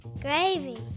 Gravy